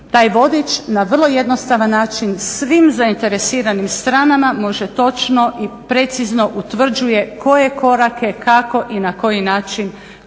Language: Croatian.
taj vodič, koji na vrlo jednostavan način svim zainteresiranim stranama može točno i precizno utvrđuje koje korake, kako i na koji način